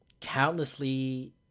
countlessly